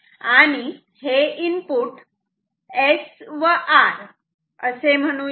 आणि हे input S व R असे म्हणूयात